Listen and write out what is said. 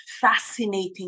fascinating